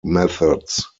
methods